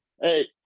Hey